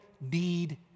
need